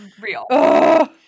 real